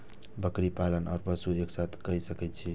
बकरी पालन ओर पशु एक साथ कई सके छी?